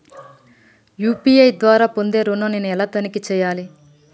UPI ద్వారా పొందే ఋణం నేను ఎలా తనిఖీ చేయాలి?